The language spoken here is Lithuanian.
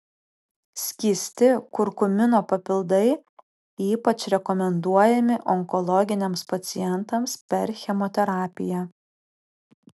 skysti kurkumino papildai ypač rekomenduojami onkologiniams pacientams per chemoterapiją